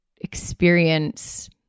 experience